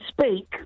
speak